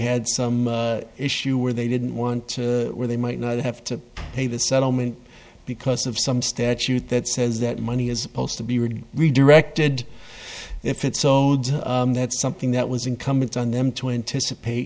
had some issue where they didn't want to where they might not have to pay the settlement because of some statute that says that money is supposed to be rigged redirected if it so that's something that was incumbent on them